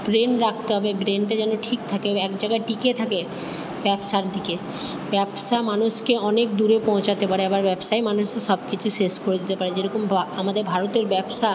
brain রাখতে হবে ব্রেনটা যেন ঠিক থাকে এক জায়গায় টিকে থাকে ব্যবসার দিকে ব্যবসা মানুষকে অনেক দূরে পৌঁছাতে পারে আবার ব্যবসাই মানুষের সব কিছু শেষ করে দিতে পারে যেরকম ব্য আমাদের ভারতের ব্যবসা